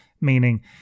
meaning